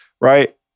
right